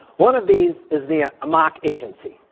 one of these is the amaq agency.